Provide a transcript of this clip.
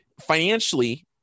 financially